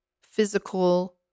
physical